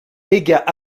légat